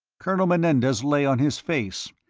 colonel menendez lay on his face,